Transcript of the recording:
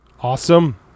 awesome